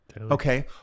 okay